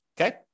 Okay